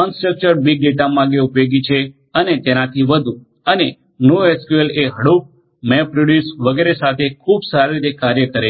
unstructured big data માટે ઉપયોગી છે અને તેનાથી વધુ અને નોએસક્યુએલ એ હડુપ મેપરિડયુસ વગેરે સાથે ખૂબ સારી રીતે કાર્ય કરે છે